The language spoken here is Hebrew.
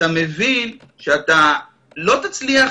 אתה מבין שאתה לא תצליח